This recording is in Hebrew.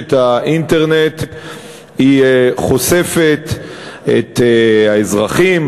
שרשת האינטרנט חושפת את האזרחים,